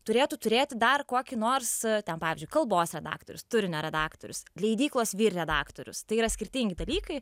turėtų turėti dar kokį nors ten pavyzdžiui kalbos redaktorius turinio redaktorius leidyklos vyr redaktorius tai yra skirtingi dalykai